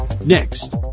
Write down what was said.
Next